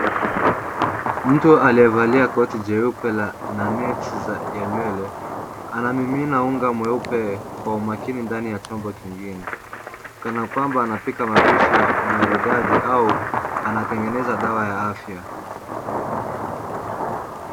Mtu aliyevalia koti jeupe na nets ya nywele, anamimina unga mweupe kwa umakini ndani ya chombo kingine kana kwamba anapika mapishi ya umaridadi au anatengeneza dawa ya afya.